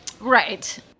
Right